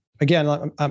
again